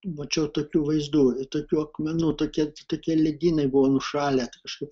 mačiau tokių vaizdų tokių akmenų tokia tokie ledynai buvo nušalę kažkaip